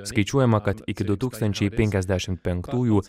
skaičiuojama kad iki du tūkstančiai penkiasdešim penktųjų